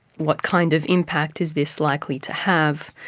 what kind of impact is this likely to have?